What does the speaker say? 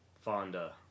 Fonda